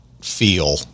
feel